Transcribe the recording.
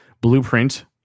blueprint